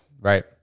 right